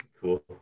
Cool